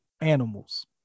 animals